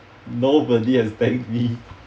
nobody has thanked me